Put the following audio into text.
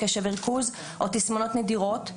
קשב וריכוז או תסמונות נדירות,